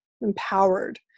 empowered